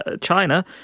china